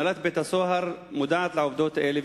הנהלת בית-הסוהר מודעת לעובדות האלה,